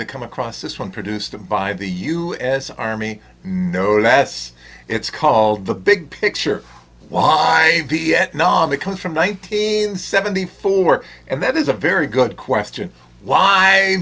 to come across this one produced by the u s army no that's it's called the big picture why vietnam because from nineteen seventy four and that is a very good question why